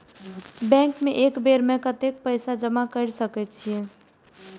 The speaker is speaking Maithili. बैंक में एक बेर में कतेक पैसा जमा कर सके छीये?